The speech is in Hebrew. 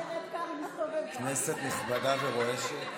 כנסת נכבדה ורועשת,